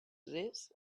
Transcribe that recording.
this